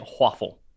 waffle